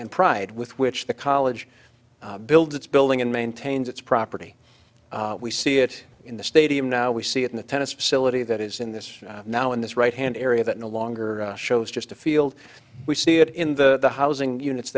and pride with which the college builds its building and maintains its property we see it in the stadium now we see it in the tennis facility that is in this now in this right hand area that no longer shows just a field we see it in the the housing units